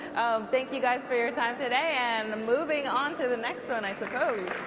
thank you guys for your time today, and moving on to the next one i suppose.